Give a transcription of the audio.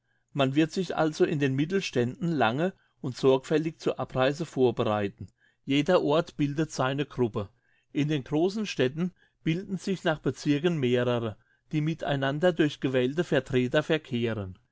man wird sich also in den mittelständen lange und sorgfältig zur abreise vorbereiten jeder ort bildet seine gruppe in den grossen städten bilden sich nach bezirken mehrere die mit einander durch gewählte vertreter verkehren